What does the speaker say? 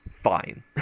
fine